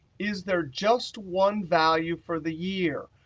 is there just one value for the year?